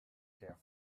care